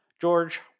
George